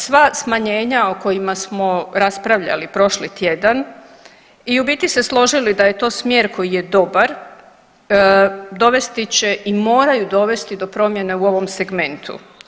Sva smanjenja o kojima smo raspravljali prošli tjedan i u biti se složili da je to smjer koji je dobar dovesti će i moraju dovesti do promjene u ovom segmentu.